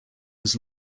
was